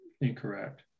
incorrect